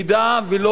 ואין לי אשליות,